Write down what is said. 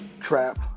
trap